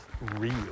real